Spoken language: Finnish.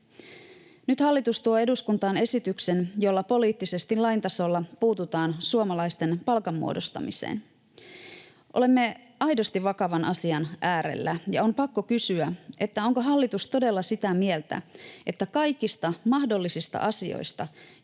Nyt hallitus tuo eduskuntaan esityksen, jolla poliittisesti lain tasolla puututaan suomalaisten palkanmuodostamiseen. Olemme aidosti vakavan asian äärellä, ja on pakko kysyä: onko hallitus todella sitä mieltä, että kaikista mahdollisista asioista